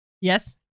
Yes